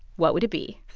what would it be?